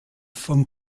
vom